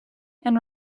and